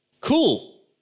Cool